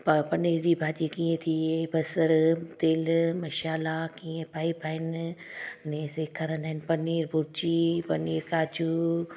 पनीर जी भाॼी कीअं थिए बसरु तेलु मसाल्हा कीअं पाइबा आहिनि अने सेखारंदा आहिनि पनीर भुर्जी पनीर काजू